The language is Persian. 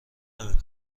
نمی